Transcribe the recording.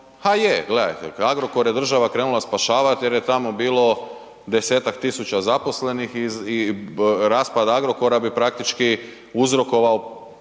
a je. Gledajte Agrokor je država krenula spašavat jer je tamo bilo 10-tak tisuća zaposlenih i raspad Agrokora bi praktički uzrokovao